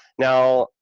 now,